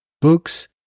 books